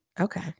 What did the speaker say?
okay